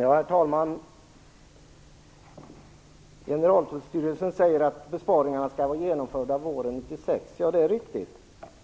Herr talman! Generaltullstyrelsen säger att besparingarna skall vara genomförda våren 1996, sade Lars Bäckström. Ja, det är riktigt.